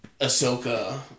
Ahsoka